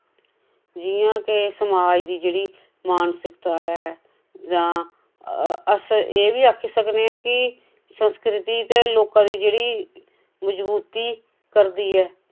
जियां के समाज दी जेह्ड़ी मानसिकता ऐ जां अस एह् वी आक्खी सकने ऐ कि संस्कृति ते लोकां दी जेह्ड़ी मजबूती करदी ऐ